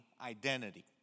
identity